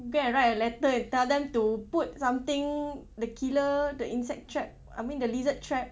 go and write a letter and tell them to put something the killer the insect trap I mean the lizard trap